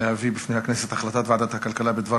להביא בפני הכנסת את החלטת ועדת הכלכלה בדבר